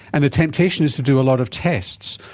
and the temptation is to do a lot of tests.